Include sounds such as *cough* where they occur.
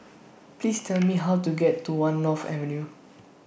*noise* Please Tell Me How to get to one North Avenue